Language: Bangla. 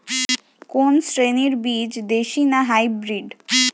কোন শ্রেণীর বীজ দেশী না হাইব্রিড?